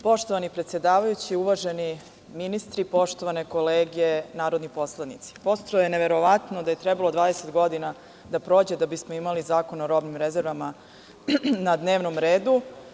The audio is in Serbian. Poštovani predsedavajući, uvaženi ministri, poštovane kolege narodni poslanici, prosto je neverovatno da je trebalo 20 godina da prođe da bismo imali Zakon o robnim rezervama na dnevnom redu.